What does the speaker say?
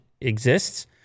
exists